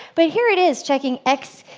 but here it is checking x,